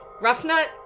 Roughnut